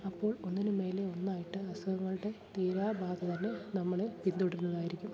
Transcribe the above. അപ്പോൾ ഒന്നിനും മേലെ ഒന്നായിട്ട് അസുഖങ്ങളുടെ തീരാബാധ തന്നെ നമ്മുടെ പിന്തുടരുന്നതായിരിക്കും